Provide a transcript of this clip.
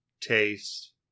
taste